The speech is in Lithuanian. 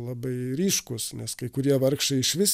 labai ryškus nes kai kurie vargšai išvis